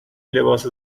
لباس